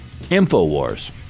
InfoWars